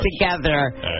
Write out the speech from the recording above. together